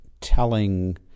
telling